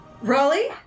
Raleigh